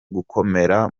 gukomera